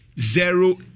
zero